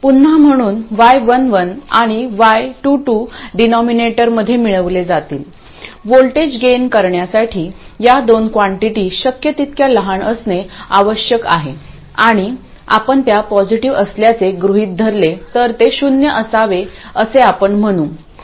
पुन्हा म्हणून y11 आणि y22 डीनोमिनेटरमध्ये मिळवले जातील व्होल्टेज गेन करण्यासाठी या दोन कॉन्टिटी शक्य तितक्या लहान असणे आवश्यक आहे आणि आपण त्या पॉसिटिव असल्याचे गृहीत धरले तर ते शून्य असावे असे आपण म्हणू